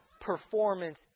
performance